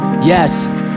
Yes